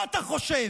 מה אתה חושב,